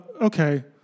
Okay